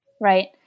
Right